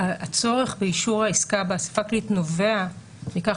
הצורך באישור העסקה באספה הכללית נובע מכך